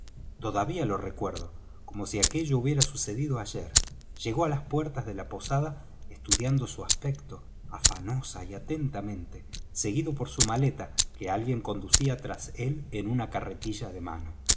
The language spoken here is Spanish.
todavía lo recuerdo como si aquello hubiera sucedido ayer llegó á las puertas de la posada estudiando su aspecto afanosa y atentamente seguido por su maleta que alguien conducía tras él en una carretilla de mano